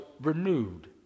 renewed